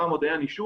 פעם עוד היה נישוב,